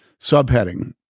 Subheading